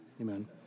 Amen